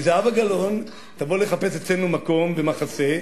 וזהבה גלאון תבוא לחפש אצלנו מקום ומחסה,